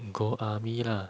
go army lah